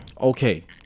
Okay